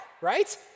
right